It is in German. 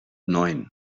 neun